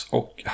och